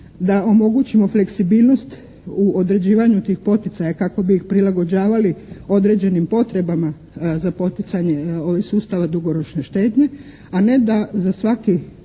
da omogućimo fleksibilnost u određivanju tih poticaja kako bi ih prilagođavali određenim potrebama za poticanje sustava dugoročne štednje, a ne da za svaku takvu